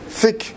thick